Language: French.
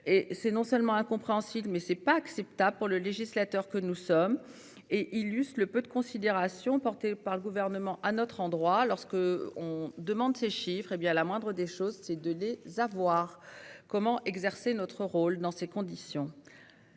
c'est non seulement incompréhensible mais c'est pas acceptable pour le législateur que nous sommes et élu le peu de considération portée par le gouvernement à notre endroit lorsque on demande ces chiffres, hé bien la moindre des choses c'est de les avoir comment exercer notre rôle dans ces conditions.